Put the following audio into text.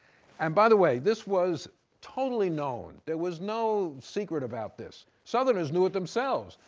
and by the way, this was totally known. there was no secret about this. southerners knew it themselves.